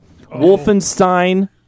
Wolfenstein